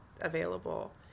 available